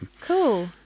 cool